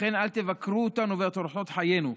לכן אל תבקרו אותנו ואת אורחות חיינו.